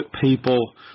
people